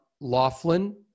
Laughlin